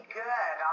good